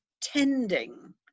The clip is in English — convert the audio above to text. tending